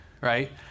right